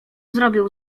zrobił